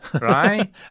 right